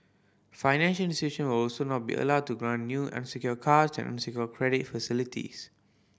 financial will also not be allowed to grant new unsecured cards and unsecured credit facilities